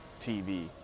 TV